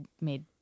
made